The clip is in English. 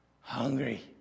Hungry